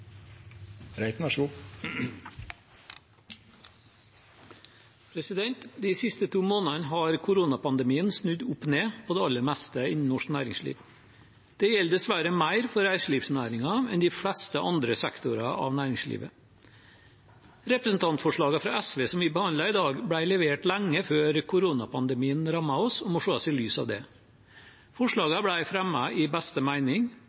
De siste to månedene har koronapandemien snudd opp ned på det aller meste innen norsk næringsliv. Det gjelder dessverre mer for reiselivsnæringen enn de fleste andre sektorer av næringslivet. Representantforslaget fra SV som vi behandler i dag, ble levert lenge før koronapandemien rammet oss, og må ses i lys av det. Forslaget ble fremmet i beste